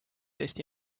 eesti